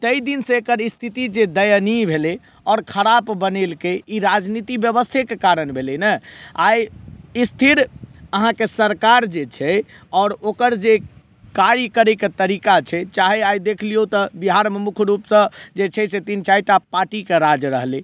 तै दिनसँ एकर स्थिति जे दयनीय भेलय आओर खराब बनेलकइ ई राजनीतिक व्यवस्थेके कारण भेलय ने आइ स्थिर अहाँके सरकार जे छै आओर ओकर जे कार्य करयके तरीका छै चाहय आइ देख लियौ तऽ बिहारमे मुख्य रूपसँ जे छै से तीन चारि टा पार्टीके राज रहलइ